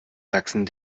sachsen